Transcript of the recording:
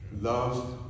Love